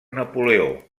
napoleó